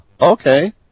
okay